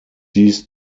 dies